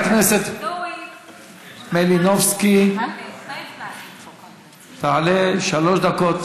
חברת הכנסת מלינובסקי תעלה, שלוש דקות.